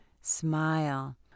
Smile